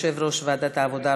יושב-ראש ועדת העבודה,